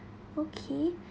okay